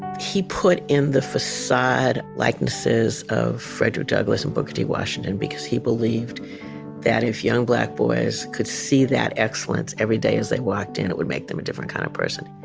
he put in the facade likenesses of frederick douglass and booker t. washington because he believed that if young black boys could see that excellence every day as they walked in, it would make them a different kind of person.